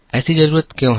ऐसी जरूरत क्यों है